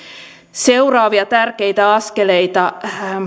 seuraavia tärkeitä askeleita